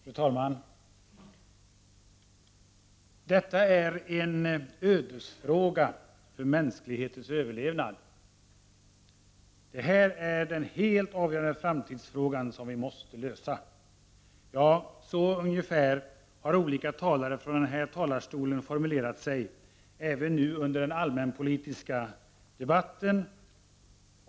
Fru talman! ”Detta är en ödesfråga för mänsklighetens överlevnad”. ”Det här är den helt avgörande framtidsfrågan som vi måste lösa”. Ja, så ungefär har olika talare från den här talarstolen formulerat sig — även nu under den allmänpolitiska debatten.